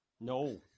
No